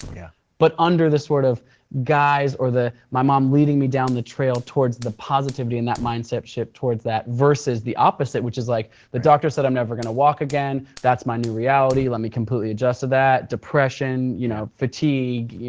yeah but under the sort of guise, or my mom leading me down the trail towards the positivity and that mindset shift towards that versus the opposite which is, like the doctor said i'm never gonna walk again. that's my new reality. let me completely adjust to that. depression, you know fatigue,